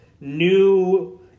new